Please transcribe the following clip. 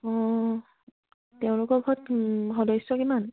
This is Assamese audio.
অঁ তেওঁলোকৰ ঘৰত সদস্য কিমান